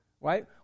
right